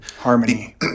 harmony